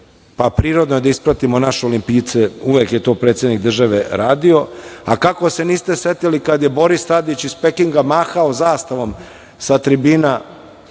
pa prirodno je da ispratimo naše Olimpijce, uvek je to predsednik države radio, a kako se niste setili kada je Boris Tadić iz Pekinga mahao zastavom sa tribina,